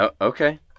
Okay